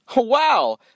wow